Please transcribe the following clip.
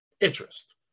interest